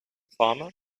farmer